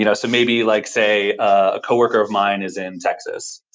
you know so maybe like, say, a coworker of mine is in texas.